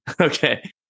Okay